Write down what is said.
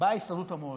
באה הסתדרות המורים,